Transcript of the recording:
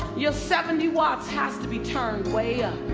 your seventy watts has to be turned way up,